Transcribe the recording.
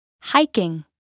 Hiking